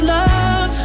love